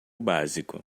básico